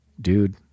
dude